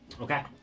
Okay